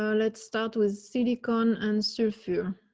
so let's start with cd can answer for you.